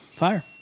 fire